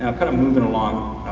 kind of moving along,